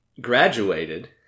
graduated